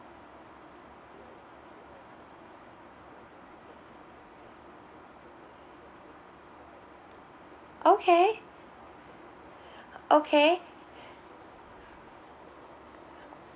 okay okay